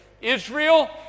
Israel